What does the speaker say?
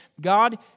God